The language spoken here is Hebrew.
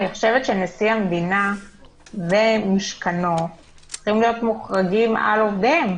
אני חושבת שנשיא המדינה ומשכנו צריכים להיות מוחרגים על עובדיהם.